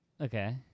Okay